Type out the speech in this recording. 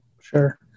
Sure